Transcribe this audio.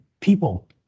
people